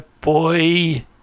boy